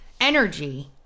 energy